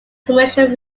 commercial